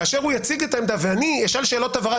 כאשר הוא יציג את העמדה ואני אשאל שאלות הבהרה,